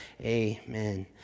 Amen